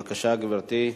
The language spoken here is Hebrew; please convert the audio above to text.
בבקשה, גברתי.